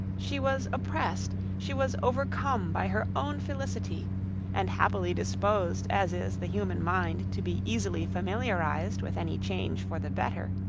she was oppressed, she was overcome by her own felicity and happily disposed as is the human mind to be easily familiarized with any change for the better,